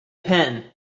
pen